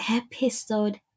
episode